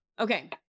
Okay